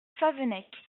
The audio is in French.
favennec